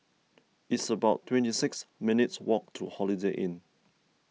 it's about twenty six minutes' walk to Holiday Inn